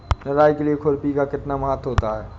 निराई के लिए खुरपी का कितना महत्व होता है?